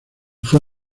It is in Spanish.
fue